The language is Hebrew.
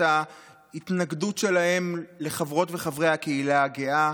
ההתנגדות שלהם לחברות ולחברי הקהילה הגאה,